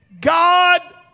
God